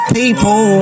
people